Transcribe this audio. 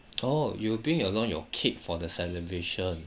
oh you'll bring along your cake for the celebration